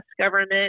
government